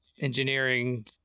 engineering